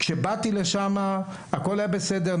כשבאתי לשם הכול היה בסדר,